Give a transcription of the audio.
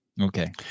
Okay